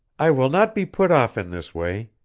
i will not be put off in this way.